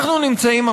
אנחנו נמצאים,